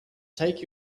take